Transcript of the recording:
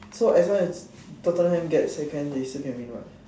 so as long as Tottenham gets second they still can win [what]